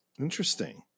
Interesting